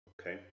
Okay